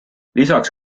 lisaks